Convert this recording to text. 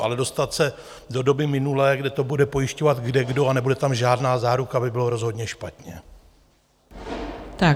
Ale dostat se do doby minulé, kdy to bude pojišťovat kdekdo a nebude tam žádná záruka, by bylo rozhodně špatně.